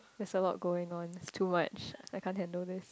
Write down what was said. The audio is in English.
there's a lot going on it's too much I can't handle this